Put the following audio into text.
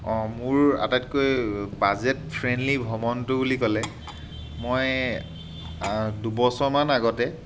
অঁ মোৰ আটাইতকৈ বাজেট ফ্ৰেণ্ডলি ভ্ৰমণটো বুলি ক'লে মই দুবছৰমান আগতে